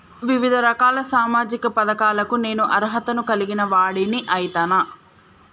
వివిధ రకాల సామాజిక పథకాలకు నేను అర్హత ను కలిగిన వాడిని అయితనా?